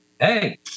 Hey